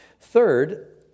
Third